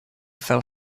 fell